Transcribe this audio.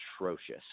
atrocious